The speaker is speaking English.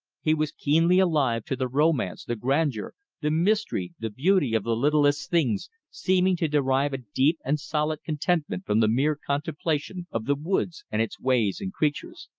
he was keenly alive to the romance, the grandeur, the mystery, the beauty of the littlest things, seeming to derive a deep and solid contentment from the mere contemplation of the woods and its ways and creatures.